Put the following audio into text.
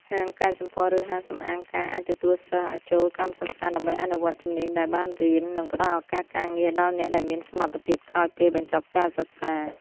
ហាងកែសម្ផស្ស ឬហាងសម្អាងការអាចទទួលសិស្សឱ្យចូលកម្មសិក្សាដើម្បីអនុវត្តជំនាញដែលបានរៀន និងផ្តល់ឱកាសការងារដល់អ្នកដែលមានសមត្ថភាពក្រោយពេលបញ្ចប់ការសិក្សា។